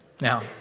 Now